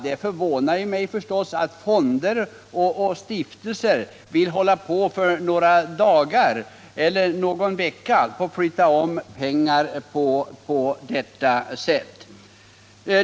Det förvånar mig att fonder och stiftelser vill flytta om pengar på detta sätt för några dagar eller någon vecka.